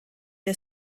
der